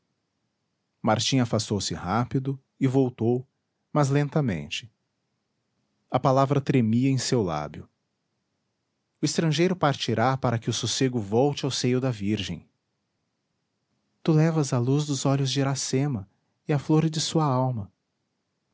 açucena martim afastou-se rápido e voltou mas lentamente a palavra tremia em seu lábio o estrangeiro partirá para que o sossego volte ao seio da virgem tu levas a luz dos olhos de iracema e a flor de sua alma